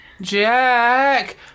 Jack